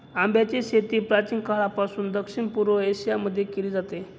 आंब्याची शेती प्राचीन काळापासून दक्षिण पूर्व एशिया मध्ये केली जाते